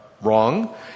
wrong